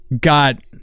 got